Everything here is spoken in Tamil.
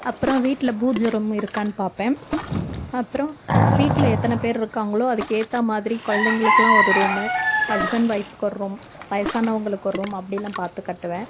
அப்புறம் வீட்டில் பூஜை ரூம் இருக்கான்னு பார்ப்பேன் அப்புறம் வீட்டில் எத்தனை பேர் இருக்காங்களோ அதுக்கு ஏற்ற மாதிரி குழந்தைகளுக்குலாம் ஒரு ரூமு ஹஸ்பண்ட் ஒயிஃப்க்கு ஒரு ரூம் வயசானவங்களுக்கு ஒரு ரூம் அப்படில்லாம் பார்த்து கட்டுவேன்